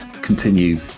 continue